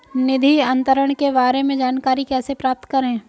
निधि अंतरण के बारे में जानकारी कैसे प्राप्त करें?